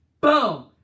boom